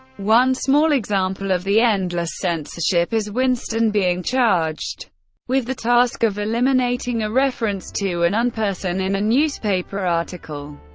one small example of the endless censorship is winston being charged with the task of eliminating a reference to an unperson in a newspaper article.